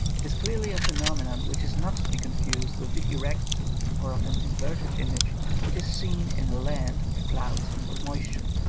it is clearly a phenomenon which is not to be confused with the erect or often inverted image which is seen in a land of clouds and of moisture.